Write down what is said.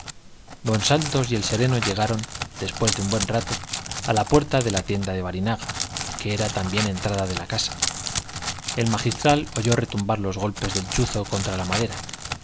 don santos y el sereno llegaron después de buen rato a la puerta de la tienda de barinaga que era también entrada de la casa el magistral oyó retumbar los golpes del chuzo contra la madera